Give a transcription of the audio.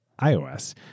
ios